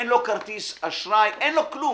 אין לו כרטיס אשראי, אין לו כלום.